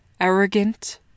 arrogant